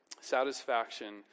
Satisfaction